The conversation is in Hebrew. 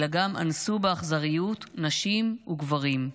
אלא גם אנסו באכזריות נשים וגברים.